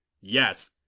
Yes